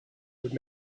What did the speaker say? would